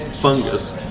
fungus